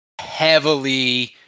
heavily